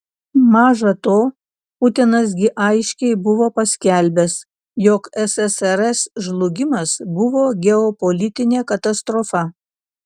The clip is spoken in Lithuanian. maža to putinas gi aiškiai buvo paskelbęs jog ssrs žlugimas buvo geopolitinė katastrofa